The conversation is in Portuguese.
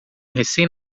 recém